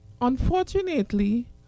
unfortunately